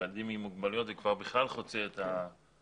ילדים עם מוגבלויות, זה כבר בכלל חוצה את הגבולות.